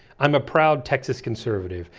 i'm a proud texas conservative,